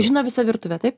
žino visą virtuvę taip